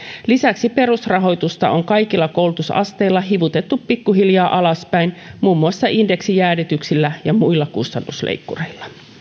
lisäksi perusrahoitusta on kaikilla koulutusasteilla hivutettu pikkuhiljaa alaspäin muun muassa indeksijäädytyksillä ja muilla kustannusleikkureilla